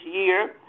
year